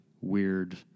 weird